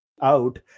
out